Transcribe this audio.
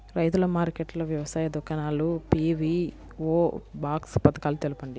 రైతుల మార్కెట్లు, వ్యవసాయ దుకాణాలు, పీ.వీ.ఓ బాక్స్ పథకాలు తెలుపండి?